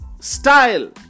style